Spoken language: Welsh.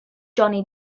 johnny